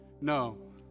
No